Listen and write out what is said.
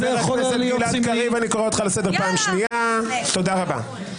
אתה הצבעת עכשיו בערך שש-שבע הצבעות דווקא,